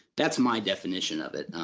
that's my definition of it.